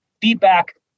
feedback